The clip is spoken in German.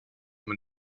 man